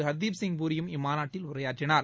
ஹர்தீப் சிங் பூரியும் இம்மாநாட்டில் உரையாற்றினார்